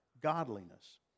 godliness